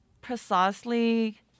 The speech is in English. precisely